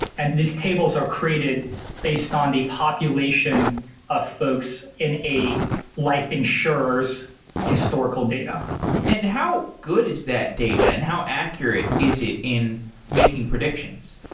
and these tables are created based on the population of folks in a life insurer s historical data how good is that data and how accurate is it in making predictions?